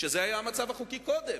שזה היה המצב החוקי קודם,